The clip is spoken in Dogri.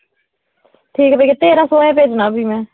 ठीक ऐ भैया तेरां सौ गै भेजना फ्ही में